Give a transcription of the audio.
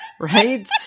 Right